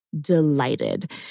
delighted